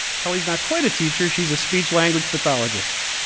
kelly's not quite a teacher. she's a speech language pathologist.